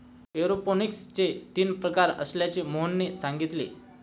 एरोपोनिक्सचे तीन प्रकार असल्याचे मोहनने सांगितले